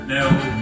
Now